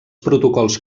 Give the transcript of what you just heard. protocols